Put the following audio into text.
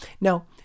Now